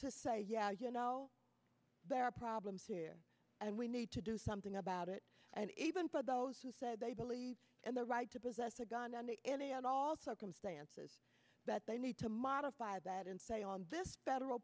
to say yeah you know there are problems and we need to do something about it and even for those who said they believe in the right to possess a gun under any and all circumstances that they need to modify that and say on this federal